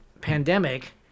pandemic